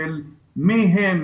של מי הם,